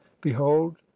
behold